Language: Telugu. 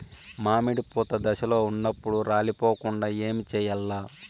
మామిడి పూత దశలో ఉన్నప్పుడు రాలిపోకుండ ఏమిచేయాల్ల?